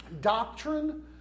Doctrine